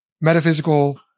metaphysical